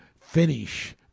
finish